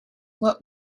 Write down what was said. what